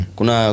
Kuna